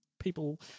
people